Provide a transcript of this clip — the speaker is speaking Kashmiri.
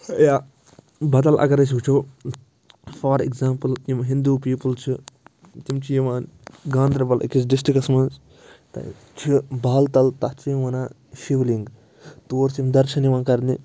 یا بدل اگر أسۍ وُچھو فار ایٚگزامپٕل یِم ہِنٛدوٗ پیٖپٕل چھِ تِم چھِ یِوان گاندَربَل أکِس ڈِسٹِرٛکَس منٛز تَتہِ چھِ بالہٕ تَل تَتھ چھِ یِم وَنان شِولِنٛگ تور چھِ یِم دَرشَن یِوان کَرنہِ